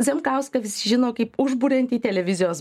zemkauską visi žino kaip užburiantį televizijos